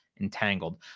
entangled